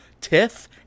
TIFF